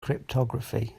cryptography